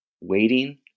Waiting